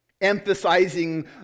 emphasizing